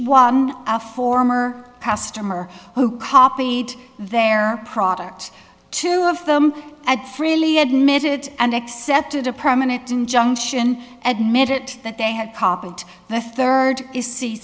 one a former customers who copied their product two of them at freely admitted and accepted a permanent injunction admitted that they had copied the third is